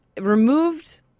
removed